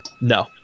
No